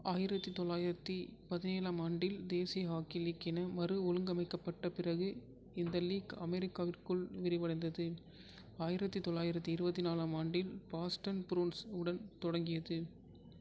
ஆயிரத்து தொளாயிரத்து பதினேழாம் ஆண்டில் தேசிய ஹாக்கி லீக் என மறு ஒழுங்கமைக்கப்பட்ட பிறகு இந்த லீக் அமெரிக்காவிற்குள் விரிவடைந்தது ஆயிரத்து தொளாயிரத்து இருபத்தி நாலாம் ஆண்டில் பாஸ்டன் புரூன்ஸ் உடன் தொடங்கியது